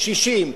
60,